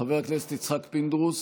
חבר הכנסת יצחק פינדרוס,